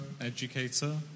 educator